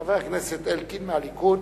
חבר הכנסת אלקין מהליכוד,